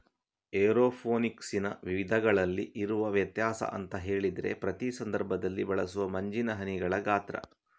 ಏರೋಫೋನಿಕ್ಸಿನ ವಿಧಗಳಲ್ಲಿ ಇರುವ ವ್ಯತ್ಯಾಸ ಅಂತ ಹೇಳಿದ್ರೆ ಪ್ರತಿ ಸಂದರ್ಭದಲ್ಲಿ ಬಳಸುವ ಮಂಜಿನ ಹನಿಗಳ ಗಾತ್ರ